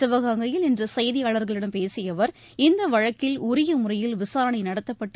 சிவகங்கையில் இன்று செய்தியாளர்களிடம் பேசிய அவர் இந்த வழக்கில் உரிய முறையில் விசாரணை நடத்தப்பட்டு